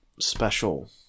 special